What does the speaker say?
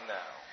now